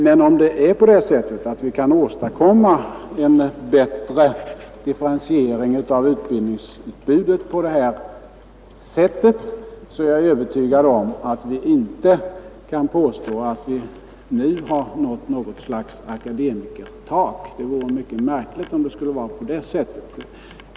Men om vi kan åstadkomma en bättre differentiering av utbildningsutbudet, så tror jag inte att vi kan påstå att vi nu har nått något slags akademikertak — det vore mycket märkligt om det skulle vara på det sättet.